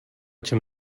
čem